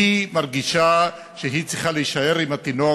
והיא מרגישה שהיא צריכה להישאר עם התינוק